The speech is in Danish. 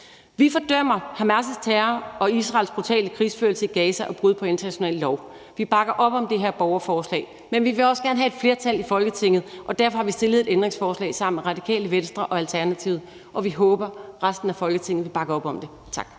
Vi fordømmer Hamas' terror og Israels brutale krigsførelse i Gaza og brud på international lov. Vi bakker op om det her borgerforslag, men vi vil også gerne have et flertal i Folketinget, og derfor har vi stillet et ændringsforslag sammen med Radikale Venstre og Alternativet, og vi håber, at resten af Folketinget vil bakke op om det. Tak.